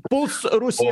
puls rusija